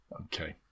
Okay